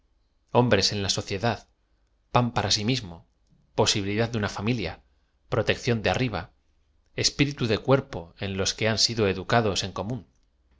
honores en la sociedad pan p ara si mis mo posibilidad de uoa familia protección de arriba espiritu de cuerpo en los que han sido educados en co